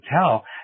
tell